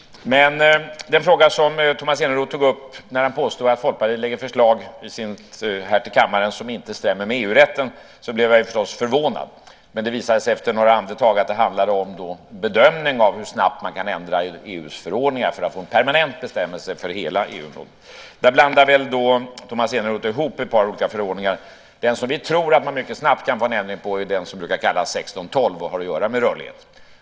När Tomas Eneroth påstod att Folkpartiet lägger fram förslag i kammaren som inte stämmer med EU-rätten blev jag förstås förvånad. Det visade sig efter några andetag att det handlade om en bedömning av hur snabbt man kan ändra i EU:s förordningar för att få en permanent bestämmelse för hela EU. Där blandade Tomas Eneroth ihop ett par olika förordningar. Den som vi tror att man mycket snabbt kan få en ändring på är den som kallas 1612 och som har att göra med rörlighet.